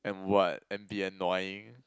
and what and be annoying